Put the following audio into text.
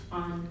on